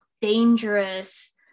dangerous